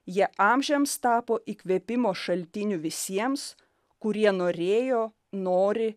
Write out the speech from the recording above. jie amžiams tapo įkvėpimo šaltiniu visiems kurie norėjo nori